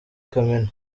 kamena